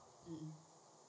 um um